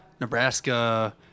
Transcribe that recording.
nebraska